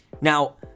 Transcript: now